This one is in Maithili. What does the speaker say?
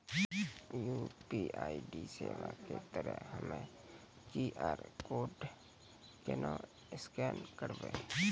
यु.पी.आई सेवा के तहत हम्मय क्यू.आर कोड केना स्कैन करबै?